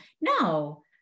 No